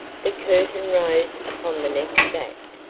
the curtain rose upon the next act,